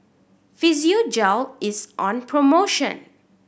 Physiogel is on promotion